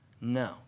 No